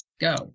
Go